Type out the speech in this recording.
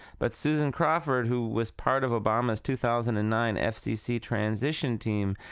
but susan crawford, who was part of obama's two thousand and nine ah fcc transition team,